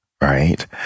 right